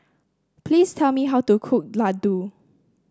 please tell me how to cook laddu